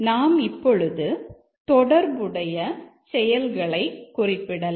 நாம் இப்பொழுது தொடர்புடைய செயல்களை குறிப்பிடலாம்